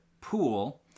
Pool